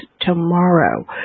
Tomorrow